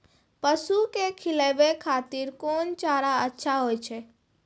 पसु के खिलाबै खातिर कोन चारा अच्छा होय छै?